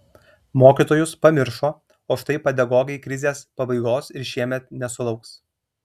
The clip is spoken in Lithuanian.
mokytojus pamiršo o štai pedagogai krizės pabaigos ir šiemet nesulauks